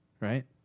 right